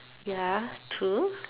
ya true